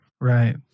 Right